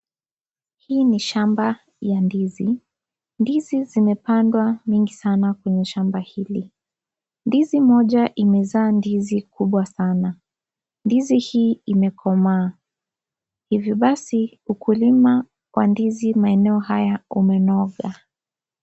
Hii ni shamba ya ndizi, ndizi zimepandwa mingi sana kwenye shamba hili. Ndizi moja imezaa ndizi kubwa sana. Ndizi hii imekomaa, ivyo basi ukulima wa ndizi maeneo haya umenoga.